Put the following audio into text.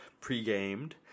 pre-gamed